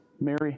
Mary